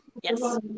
yes